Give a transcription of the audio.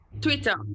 Twitter